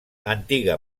antiga